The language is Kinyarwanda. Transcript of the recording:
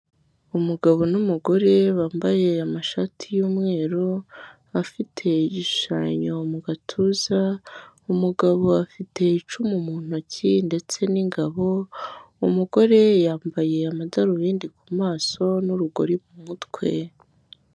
Umugabo n'umugore bambaye amashati y'umweru afite igishushanyo mu gatuza, umugabo afite icumu mu ntoki ndetse n'ingabo, umugore yambaye amadarubindi ku maso n'urugori mu mutwe.